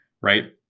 right